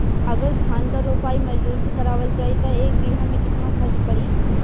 अगर धान क रोपाई मजदूर से करावल जाई त एक बिघा में कितना खर्च पड़ी?